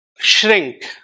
shrink